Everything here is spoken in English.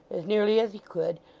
as nearly as he could,